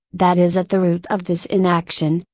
that is at the root of this inaction,